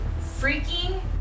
freaking